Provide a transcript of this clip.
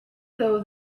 though